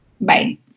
Bye